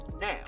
now